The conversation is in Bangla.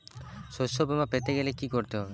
শষ্যবীমা পেতে গেলে কি করতে হবে?